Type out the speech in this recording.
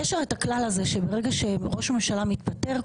יש הרי את הכלל הזה שברגע שראש הממשלה מתפטר,